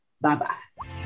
bye-bye